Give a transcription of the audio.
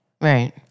Right